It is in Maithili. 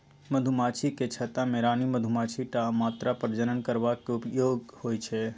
मधुमाछीक छत्ता मे रानी मधुमाछी टा मात्र प्रजनन करबाक योग्य होइ छै